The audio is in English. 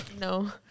No